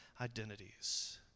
identities